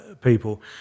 people